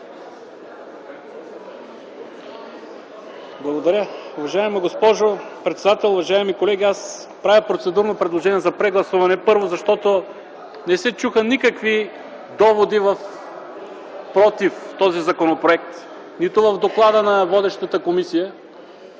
Благодаря. Уважаема госпожо председател, уважаеми колеги! Аз правя процедурно предложение за прегласуване, първо, защото не се чуха никакви доводи против този законопроект, нито в доклада на водещата комисия.